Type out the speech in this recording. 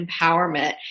empowerment